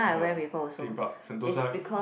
the theme park Sentosa